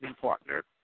partner